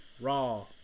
raw